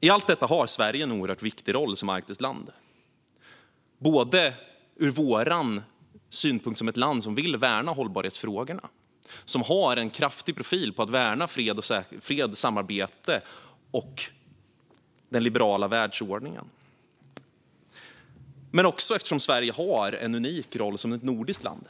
I allt detta har Sverige en oerhört viktig roll som arktiskt land, både som ett land som vill värna hållbarhetsfrågorna och som har en kraftig profil när det gäller att värna fred, samarbete och den liberala världsordningen och eftersom Sverige har en unik roll som nordiskt land.